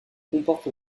comporte